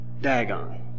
Dagon